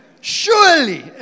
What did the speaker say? Surely